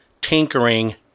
tinkering